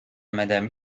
madame